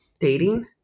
dating